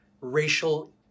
racial